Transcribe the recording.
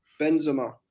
Benzema